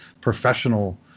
professional